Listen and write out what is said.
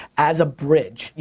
as a bridge.